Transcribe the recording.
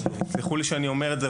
תסלחו לי שאני אומר את זה,